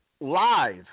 live